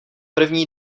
první